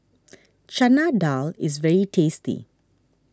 Chana Dal is very tasty